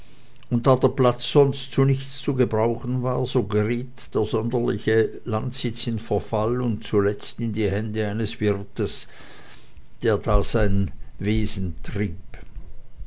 und da der platz sonst zu nichts zu gebrauchen war so geriet der wunderliche landsitz in verfall und zuletzt in die hände eines wirtes der da